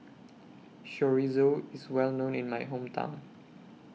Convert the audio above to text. Chorizo IS Well known in My Hometown